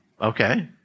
Okay